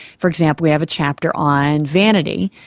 for example, we have a chapter on vanity,